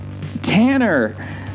Tanner